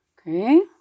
Okay